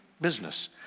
business